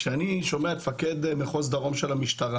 כשאני שומע את מפקד מחוז דרום של המשטרה